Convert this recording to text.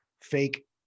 fake